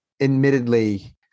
admittedly